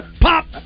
Pop